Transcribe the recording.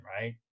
right